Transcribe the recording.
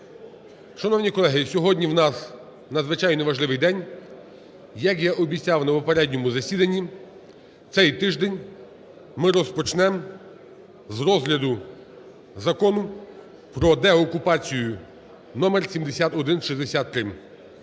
Шановні колеги, сьогодні у нас надзвичайно важливий день. Як я і обіцяв на попередньому засіданні, цей тиждень ми розпочнемо з розгляду Закону про деокупацію № 7163.